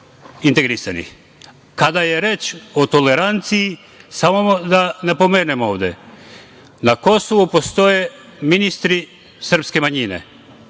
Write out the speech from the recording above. integrisanih. Kada je reč o toleranciji samo da napomenem ovde. Na Kosovu postoje ministri srpske manjine